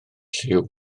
lliw